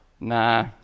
Nah